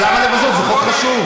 אני חושב שזה חוק מצוין.